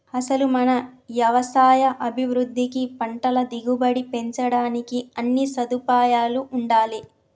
అసలు మన యవసాయ అభివృద్ధికి పంటల దిగుబడి పెంచడానికి అన్నీ సదుపాయాలూ ఉండాలే